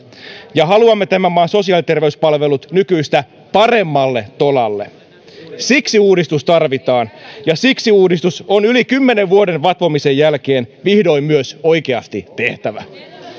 ja haluamme tämän maan sosiaali ja terveyspalvelut nykyistä paremmalle tolalle siksi uudistus tarvitaan ja siksi uudistus on yli kymmenen vuoden vatvomisen jälkeen vihdoin myös oikeasti tehtävä